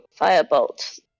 firebolt